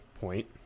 point